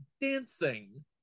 dancing